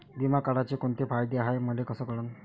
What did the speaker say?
बिमा काढाचे कोंते फायदे हाय मले कस कळन?